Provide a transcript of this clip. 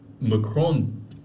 Macron